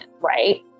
right